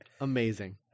Amazing